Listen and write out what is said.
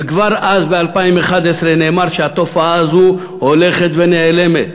וכבר אז, ב-2011, נאמר שהתופעה הזאת הולכת ונעלמת,